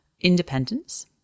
independence